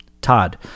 todd